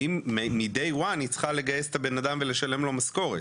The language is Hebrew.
והיא מ-day 1 צריכה לגייס את הבן אדם ולשלם לו משכורת.